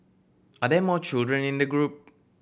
are there more children in the group